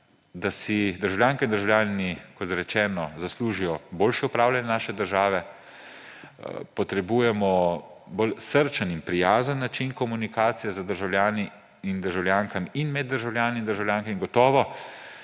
da si državljanke in državljani, kot rečeno, zaslužijo boljše upravljanje naše države, potrebujemo bolj srčen in prijazen način komunikacije z državljani in državljankami in med državljani in državljankami. Gotovo